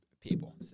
people